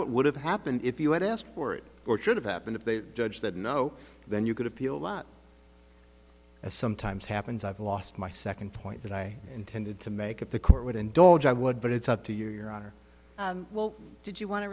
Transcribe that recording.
what would have happened if you had asked for it or should have happened if they judge that no then you could appeal lott as sometimes happens i've lost my second point that i intended to make if the court would indulge i would but it's up to you your honor well did you want to